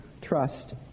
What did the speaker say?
trust